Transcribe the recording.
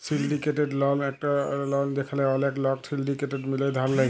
syndicated loan একট loan যেখালে ওলেক লক সিলডিকেট মিলায় ধার লেয়